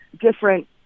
different